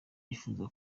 yifuza